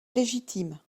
légitime